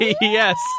Yes